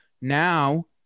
now